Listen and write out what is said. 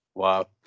wow